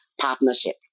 partnership